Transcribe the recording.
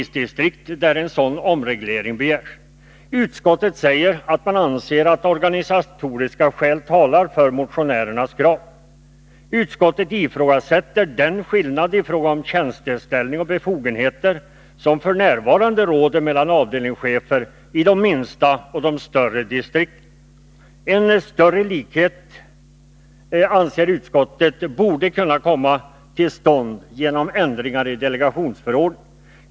Sammanlagt gäller det tio polisdistrikt. Utskottet anför att organisatoriska skäl talar för motionärernas krav men ifrågasätter den skillnad i fråga om tjänsteställning och befogenheter som f. n. råder mellan avdelningschefer i de minsta och de större distrikten. En större likhet anser utskottet borde kunna komma till stånd genom ändringar i delegationsförordningen.